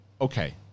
okay